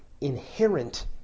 inherent